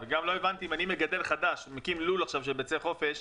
נניח ואני מגדל חדש ומקים לול עכשיו של ביצי חופש,